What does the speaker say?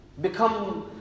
become